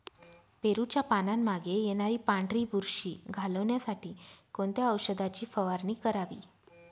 पेरूच्या पानांमागे येणारी पांढरी बुरशी घालवण्यासाठी कोणत्या औषधाची फवारणी करावी?